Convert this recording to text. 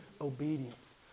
Obedience